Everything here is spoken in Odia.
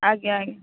ଆଜ୍ଞା